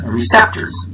receptors